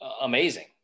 amazing